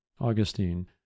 Augustine